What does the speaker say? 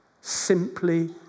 simply